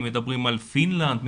מדברים על פינלנד,